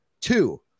Two